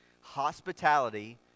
Hospitality